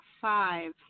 five